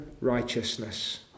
righteousness